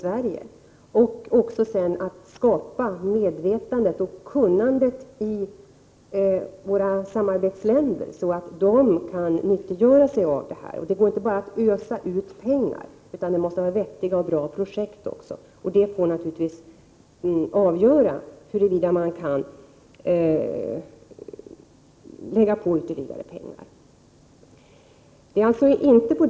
Sverige, och att sedan skapa det medvetande och det kunnande som krävs i våra samarbetsländer för att de skall kunna nyttiggöra sig biståndet. Det går inte att bara ösa ut pengar, utan det måste också finnas vettiga och bra projekt, och det får naturligtvis vara avgörande för om ytterligare medel skall kunna betalas ut.